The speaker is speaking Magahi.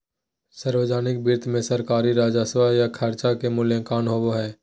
सावर्जनिक वित्त मे सरकारी राजस्व और खर्च के मूल्यांकन होवो हय